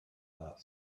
that